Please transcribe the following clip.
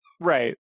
right